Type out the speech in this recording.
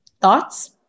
Thoughts